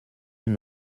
une